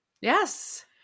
Yes